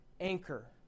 anchor